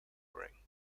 ring